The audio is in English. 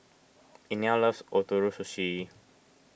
Inell loves Ootoro Sushi